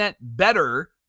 better